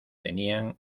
tenían